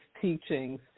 teachings